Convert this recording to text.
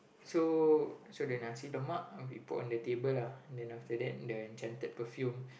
so so the Nasi-Lemak we put on the table lah then the enchanted perfume